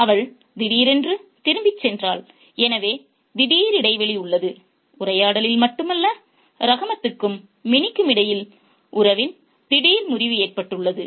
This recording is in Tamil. அவள் திடீரென்று திரும்பிச் சென்றாள் எனவே திடீர் இடைவெளி உள்ளது உரையாடலில் மட்டுமல்ல ரஹாமத்துக்கும் மினிக்கும் இடையில் உறவில் திடீர் முறிவு ஏற்பட்டுள்ளது